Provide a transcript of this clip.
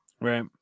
Right